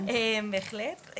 החלט.